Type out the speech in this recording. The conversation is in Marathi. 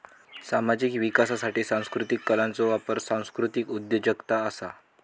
सामाजिक विकासासाठी सांस्कृतीक कलांचो वापर सांस्कृतीक उद्योजगता असा